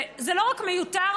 זה לא רק מיותר,